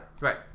right